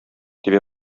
тибә